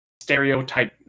Stereotype